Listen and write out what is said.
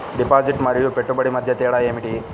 Deposit మరియు పెట్టుబడి మధ్య తేడా ఏమిటి?